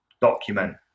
document